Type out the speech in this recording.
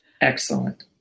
Excellent